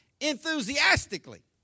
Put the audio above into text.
enthusiastically